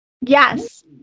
Yes